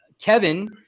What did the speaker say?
Kevin